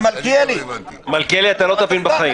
מלכיאלי, אתה לא תבין בחיים.